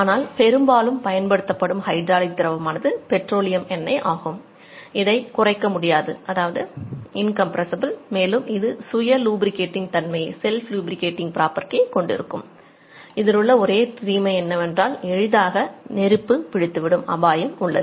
ஆனால் பெரும்பாலும் பயன்படுத்தப்படும் ஹைட்ராலிக் திரவமானது பெட்ரோலியம் எண்ணெய் எளிதாக பிடித்து விடும் அபாயம் உள்ளது